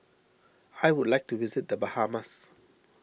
I would like to visit the Bahamas